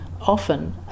often